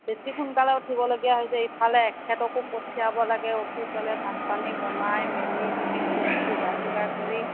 বেছি সোনকালে উঠিবলগীয়া হৈছে ইফালে এখেতকো পঠিয়াব লাগে অফিচলৈ ভাত পানী বনাই মেলি টিফিন চিফিন যোগাৰ চোগাৰ কৰি